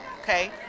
okay